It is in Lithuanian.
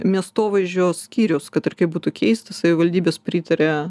miestovaizdžio skyrius kad ir kaip būtų keista savivaldybės pritarė